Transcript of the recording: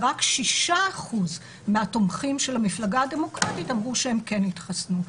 ורק 6% מהתומכים של המפלגה הדמוקרטית אמרו שהם כן יתחסנו.